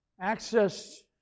access